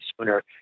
sooner